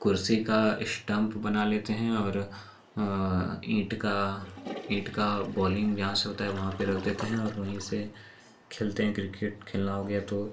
कुर्सी का इश्टम्प बना लेते हैं और ईंट का ईंट का बॉलिंग जहाँ से होती है वहाँ पर रख देते हैं और वहीं से खेलते हैं क्रिकेट खेलना हो गया तो